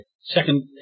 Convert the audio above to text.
Second